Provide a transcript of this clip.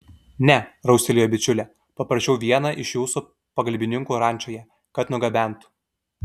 ne raustelėjo bičiulė paprašiau vieną iš jūsų pagalbininkų rančoje kad nugabentų